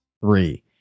Three